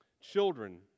Children